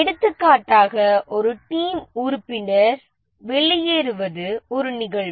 எடுத்துக்காட்டாக ஒரு டீம் உறுப்பினர் வெளியேறுவது ஒரு நிகழ்வு